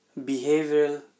behavioral